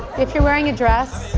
if you're wearing a dress,